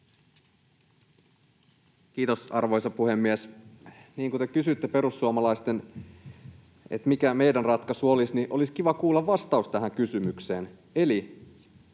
Kiitos, arvoisa puhemies! Kun te kysyitte, mikä perussuomalaisten ratkaisu olisi, niin olisi kiva kuulla vastaus tähän kysymykseen: jos